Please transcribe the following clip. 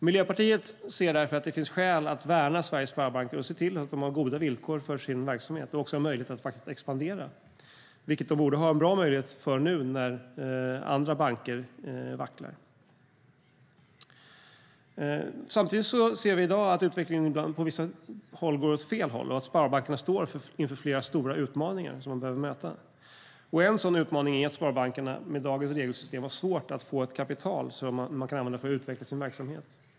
Miljöpartiet ser därför att det finns skäl att värna Sveriges sparbanker och se till att de har goda villkor för sin verksamhet och också en möjlighet att expandera, vilket de borde ha en bra möjlighet att göra nu när andra banker vacklar. Samtidigt ser vi i dag att utvecklingen på vissa håll går åt fel håll och att sparbankerna står inför flera stora utmaningar som de behöver möta. En sådan utmaning är att sparbankerna med dagens regelsystem har svårt att få ett kapital som man kan använda för att utveckla sin verksamhet.